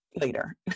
later